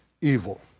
evil